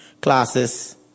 classes